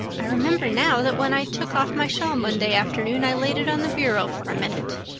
i remember now that when i took off my shawl monday afternoon i laid it on the bureau for a minute.